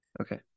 Okay